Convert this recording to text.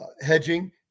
hedging